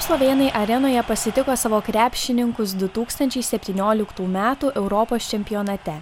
slovėnai arenoje pasitiko savo krepšininkus du tūkstančiai septynioliktų metų europos čempionate